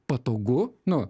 patogu nu